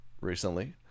recently